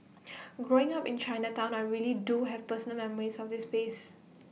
growing up in Chinatown I really do have personal memories of this space